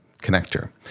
connector